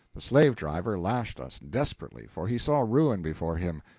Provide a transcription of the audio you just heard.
the slave-driver lashed us desperately, for he saw ruin before him,